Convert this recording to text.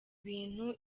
bintu